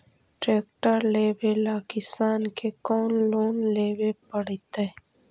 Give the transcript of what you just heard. Tractor लेवेला किसान के कौन लोन लेवे पड़तई?